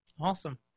Awesome